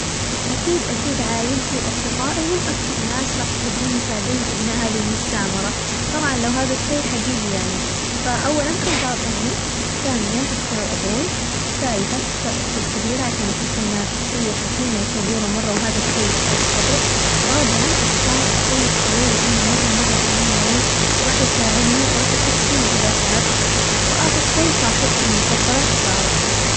أكيد أكيد عايلتي وأصدقائي هم أكثر ناس راح يحبون يساعدوني في بناء هذي المستعمرة، طبعاً لو هذا الشي حقيقي يعني، فأولاً أختار أمي ثانياً أختار أبوي ثالثاً أختار أختي الكبيرة عشان أحس إنها شخصية حكيمة وصبورة مرة وهذا الشي يحتاج صبر، رابعاً أختار أخوي الصغير لأنه مرة مرة حنون علي وراح يساعدني وراح يحس فيني إذا تعبت، وآخر شي صاحبتي المفضلة سارة.